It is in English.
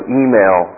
email